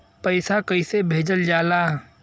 पैसा कैसे भेजल जाला?